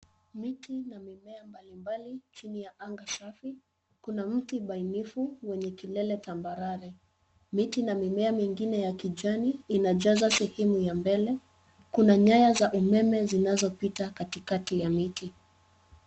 Mti na mimea mbalimbali chini ya anga safi. Kuna mti bainifu wenye kilele tambarare. Miti na mimea mingine ya kijani inajaza sehemu ya mbele. Kuna nyaya za umeme zinazopita katikati ya miti.